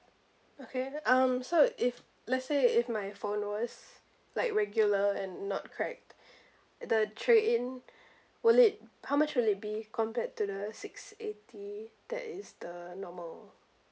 okay um so if let's say if my phone was like regular and not cracked the trade-in will it how much will it be compared to the six eighty that is the normal